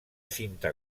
cinta